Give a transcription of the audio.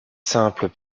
simples